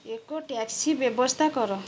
ଏକ ଟ୍ୟାକ୍ସି ବ୍ୟବସ୍ଥା କର